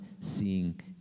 seeing